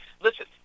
Listen